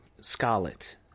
Scarlet